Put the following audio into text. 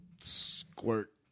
squirt